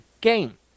game